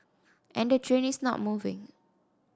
and the train is not moving